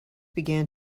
began